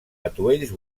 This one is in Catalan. atuells